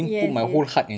yes yes